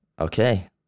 Okay